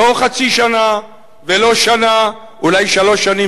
לא חצי שנה ולא שנה, אלא אולי שלוש שנים.